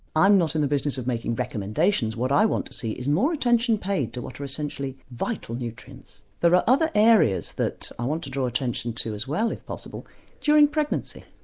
i'm not in the business of making recommendations, what i want to see is more attention paid to what are essentially vital nutrients. there are other areas that i want to draw attention to as well if possible during pregnancy.